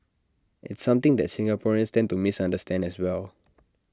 it's something that Singaporeans tend to misunderstand as well